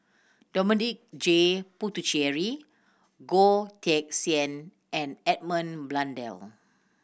Dominic J Puthucheary Goh Teck Sian and Edmund Blundell